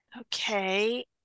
okay